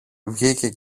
βγήκε